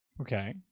Okay